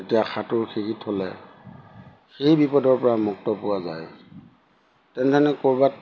তেতিয়া সাঁতোৰ শিকি থ'লে সেই বিপদৰ পৰা মুক্ত পোৱা যায় তেনেধৰণে ক'ৰবাত